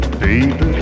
baby